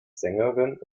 sängerin